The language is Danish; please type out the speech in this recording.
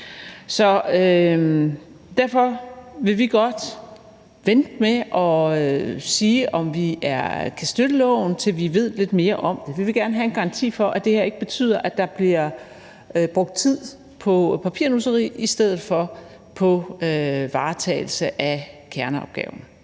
Derfor vil vi godt vente med at sige, om vi kan støtte lovforslaget, til vi ved lidt mere om det. Vi vil gerne have en garanti for, at det her ikke betyder, at der bliver brugt tid på papirnusseri i stedet for varetagelsen af kerneopgaven.